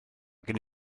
gen